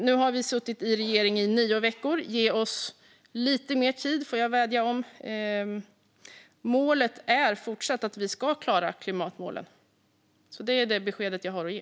Nu har vi suttit i regering i nio veckor - ge oss lite mer tid, får jag vädja om. Målet är fortsatt att vi ska klara klimatmålen. Det är det besked jag har att ge.